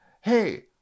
Hey